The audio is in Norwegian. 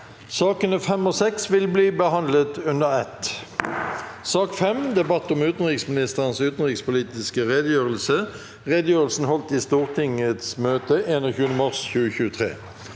Sakene nr. 5 og 6 vil bli behandlet under ett. S ak nr. 5 Debatt om utenriksministerens utenrikspolitiske redegjørelse (Redegjørelsen holdt i Stortingets møte 21. mars 2023)